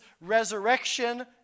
resurrection